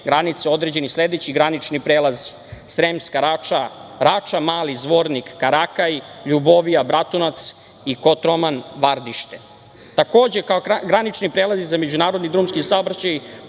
granice određeni sledeći granični prelaz Sremska Rača, Rača – Mali Zvornik - Karakaj, Ljubovija – Bratunac i Kotroman – Vardište. Takođe, kao granični prelazi za međunarodni drumski saobraćaj